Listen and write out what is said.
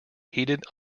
heated